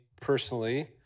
personally